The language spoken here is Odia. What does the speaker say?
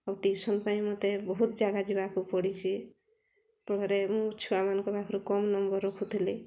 ଟ୍ୟୁସନ୍ ପାଇଁ ମୋତେ ବହୁତ ଜାଗା ଯିବାକୁ ପଡ଼ିଛି ଫଳରେ ମୁଁ ଛୁଆମାନଙ୍କ ପାଖରୁ କମ୍ ନମ୍ବର୍ ରଖୁଥିଲି